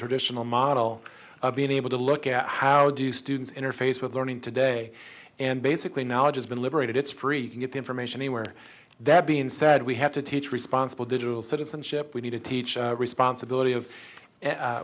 traditional model of being able to look at how do students interface with learning today and basically knowledge has been liberated it's free to get information anywhere that being said we have to teach responsible digital citizenship we need to teach responsibility of